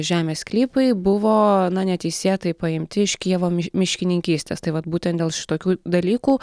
žemės sklypai buvo na neteisėtai paimti iš kijevo miškininkystės tai vat būtent dėl šitokių dalykų